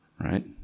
Right